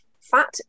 Fat